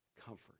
Comfort